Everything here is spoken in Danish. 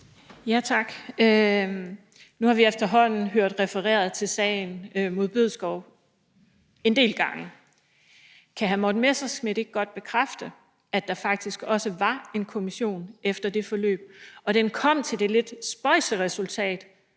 Tak. Nu har vi efterhånden hørt referencer til sagen mod hr. Morten Bødskov en del gange. Kan hr. Morten Messerschmidt ikke godt bekræfte, at der faktisk også var en kommission efter det forløb, og at den kom til det lidt spøjse resultat,